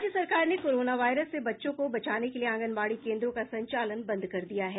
राज्य सरकार ने कोरोना वायरस से बच्चों को बचाने के लिए आंगनबाड़ी केन्द्रों का संचालन बंद कर दिया है